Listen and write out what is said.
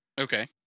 Okay